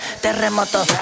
Terremoto